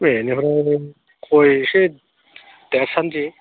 बेनिफ्राय गय एसे देरसान्दि